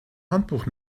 handbuch